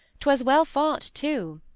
twas well fought too,